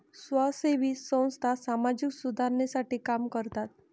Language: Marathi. स्वयंसेवी संस्था सामाजिक सुधारणेसाठी काम करतात